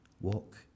walk